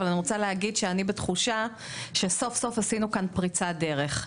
אבל אני רוצה להגיד שאני בתחושה שסוף-סוף עשינו כאן פריצת דרך.